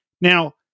Now